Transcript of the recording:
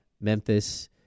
Memphis